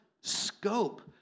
scope